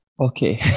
Okay